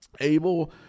Abel